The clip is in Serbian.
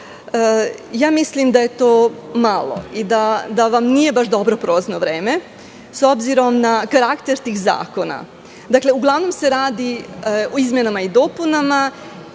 Mislim da je to malo i da vam nije baš dobro prolazno vreme, s obzirom na karakter tih zakona. Dakle, uglavnom se radi o izmenama i dopunama